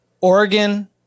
Oregon